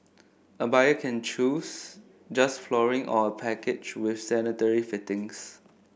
a buyer can choose just flooring or a package with sanitary fittings